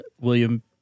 William